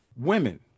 women